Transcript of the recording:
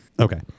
Okay